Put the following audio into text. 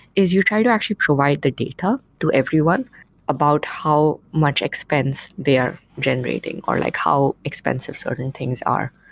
is you try to actually provide the data to everyone about how much expense they are generating, or like how expensive certain and things are.